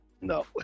No